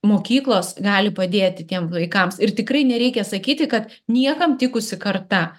mokyklos gali padėti tiem vaikams ir tikrai nereikia sakyti kad niekam tikusi karta